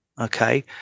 Okay